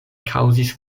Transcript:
kaŭzis